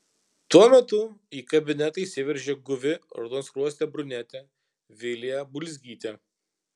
tuo metu į kabinetą įsiveržė guvi raudonskruostė brunetė vilija bulzgytė